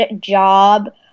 job